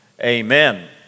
amen